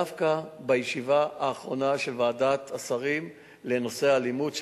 דווקא בישיבה האחרונה של ועדת השרים לנושא אלימות,